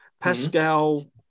Pascal